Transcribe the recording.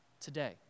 today